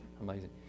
amazing